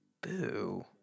Boo